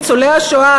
ניצולי השואה,